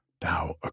thou